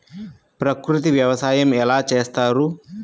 ప్రకృతి వ్యవసాయం ఎలా చేస్తారు?